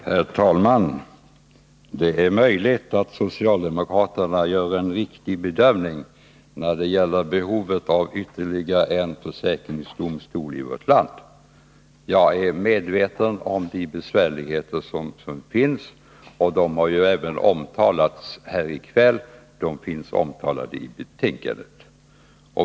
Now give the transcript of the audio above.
Herr talman! Det är möjligt att socialdemokraterna gör en riktig bedömning när det gäller behovet av ytterligare en försäkringsdomstol i vårt land. Jag är medveten om de besvärligheter som finns. De har ju omtalats här i kväll. De finns även omtalade i betänkandet.